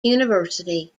university